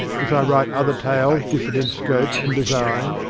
if i write other tales different in scope and design,